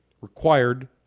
required